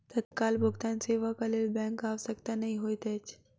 तत्काल भुगतान सेवाक लेल बैंकक आवश्यकता नै होइत अछि